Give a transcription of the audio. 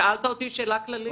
שאלת אותי שאלה כללית.